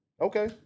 okay